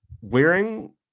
wearing